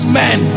men